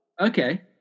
Okay